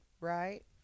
Right